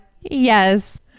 Yes